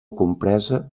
compresa